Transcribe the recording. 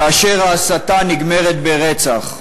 כאשר ההסתה נגמרת ברצח.